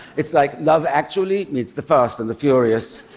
it's like love, actually meets the fast and the furious.